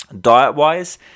Diet-wise